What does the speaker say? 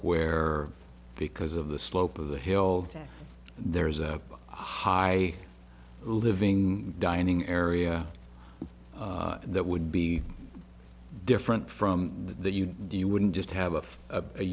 where because of the slope of the hill that there is a high living dining area that would be different from the you do you wouldn't just have a